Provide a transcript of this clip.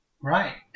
Right